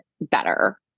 better